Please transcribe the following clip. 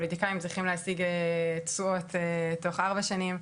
פוליטיקאים צריכים להשיג תשואות תוך ארבע שנים,